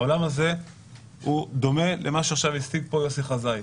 העולם הזה דומה למה שעכשיו הציג פה יוסי חזאי.